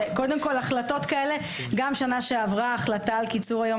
שקודם כל החלטות כאלה גם שנה שעברה החלטה על קיצור היום